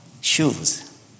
shoes